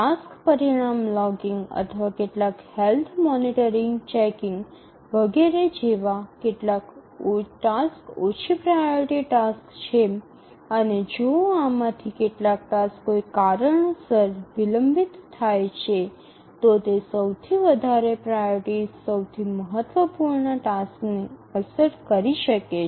task પરિણામ logging અથવા કેટલાક હેલ્થ મોનિટરિંગ ચેકિંગ વગેરે જેવા કેટલાક ટાસક્સ ઓછી પ્રાઓરિટી ટાસક્સ છે અને જો આમાંથી કેટલાક ટાસક્સ કોઈ કારણસર વિલંબિત થાય છે તો તે સૌથી વધારે પ્રાઓરિટી સૌથી મહત્વપૂર્ણ ટાસ્કને અસર કરી શકે છે